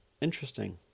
interesting